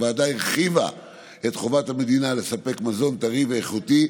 הוועדה הרחיבה את חובת המדינה לספק מזון טרי ואיכותי,